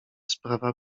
sprawa